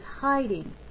hiding